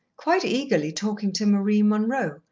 quite eagerly talking to marie munroe,